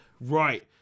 Right